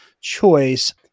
choice